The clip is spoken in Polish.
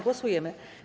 Głosujemy.